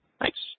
Thanks